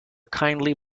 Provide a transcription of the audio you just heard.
kindly